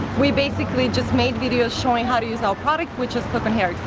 we basically just made videos showing how to use our product which is clip-in hair